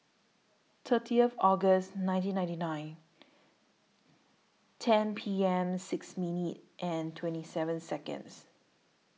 thirtieth August nineteen ninety nine ten P M six minute and twenty seven Seconds